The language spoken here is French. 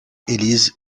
élise